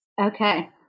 okay